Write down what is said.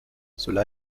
cela